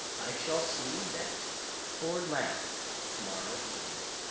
i shall see that poor lad to-morrow evening,